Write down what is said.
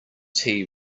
tea